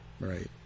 Right